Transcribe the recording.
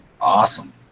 awesome